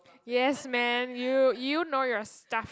yes man you you know your stuff